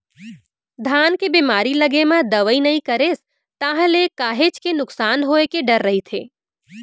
धान के बेमारी लगे म दवई नइ करेस ताहले काहेच के नुकसान होय के डर रहिथे